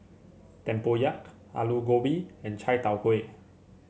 Tempoyak Aloo Gobi and Chai Tow Kuay